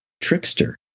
Trickster